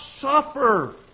suffer